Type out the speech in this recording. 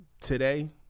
Today